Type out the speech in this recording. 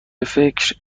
فکر